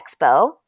Expo